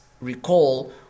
recall